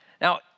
Now